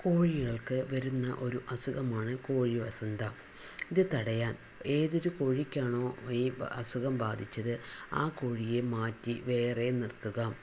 കോഴികൾക്ക് വരുന്ന ഒരു അസുഖമാണ് കോഴി വസന്ത ഇത് തടയാൻ ഏത് ഒരു കോഴിക്കാണോ ഈ അസുഖം ബാധിച്ചത് ആ കോഴിയെ മാറ്റി വേറെ നിർത്തുക